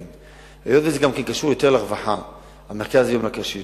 לא יכול להיות שהוויכוח הזה יבלום מתן שירותים במרכז הקהילתי,